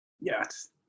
Yes